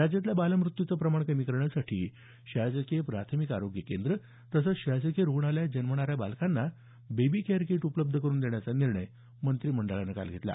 राज्यातल्या बालमृत्यूचं प्रमाण कमी करण्यासाठी शासकीय प्राथमिक आरोग्य केंद्र तसंच शासकीय रुग्णालयात जन्मणाऱ्या बालकांना बेबी केअर कीट उपलब्ध करून देण्याचा निर्णयासही मंत्रिमंडळानं काल मंजुरी दिली